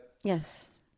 Yes